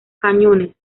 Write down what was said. cañones